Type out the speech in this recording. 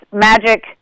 magic